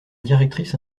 directrice